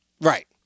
Right